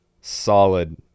solid